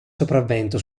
sopravvento